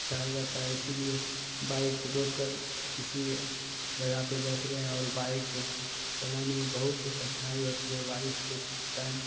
जाता है इसीलिए बाइक रोक कर किसी जगह पे बैठ गएँ और बाइक चलाने में बहुत ही कठिनाई होती है बारिश के टाइम